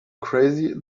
crazy